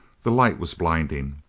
the light was blinding.